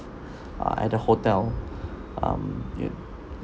at the hotel um you